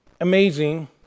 amazing